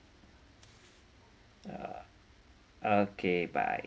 ya okay bye